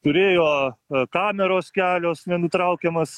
turėjo kameros kelios nenutraukiamas